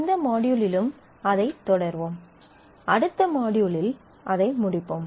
இந்த மாட்யூலிலும் அதைத் தொடர்வோம் அடுத்த மாட்யூலில் அதை முடிப்போம்